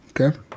Okay